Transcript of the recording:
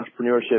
entrepreneurship